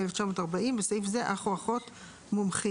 1940 (בסעיף זה אח או אחות מומחים)".